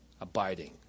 Abiding